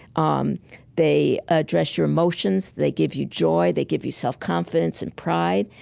um they address your emotions. they give you joy. they give you self-confidence and pride.